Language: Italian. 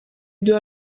due